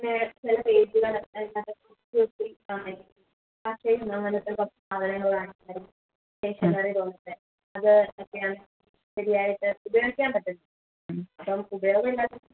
മ് മ്